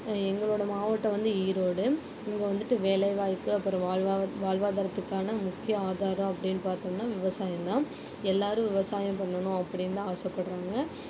எங்களோடய மாவட்டம் வந்து ஈரோடு இங்கே வந்துவிட்டு வேலை வாய்ப்பு அப்பறம் வாழ்வாதாரத்துக்கான முக்கிய ஆதாரம் அப்டின்னு பாத்தோம்னா விவசாயந்தான் எல்லோரும் விவசாயம் பண்ணணும் அப்டின்தான் ஆசைப்பட்றாங்க